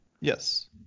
Yes